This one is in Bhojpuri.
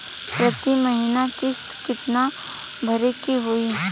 प्रति महीना किस्त कितना भरे के होई?